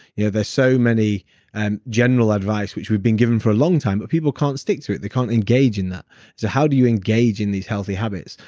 yeah there's so many and general advice which we've been given for a long time, but people can't stick to it. they can't engage in that. so how do you engage in these healthy habits?